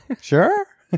Sure